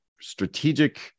strategic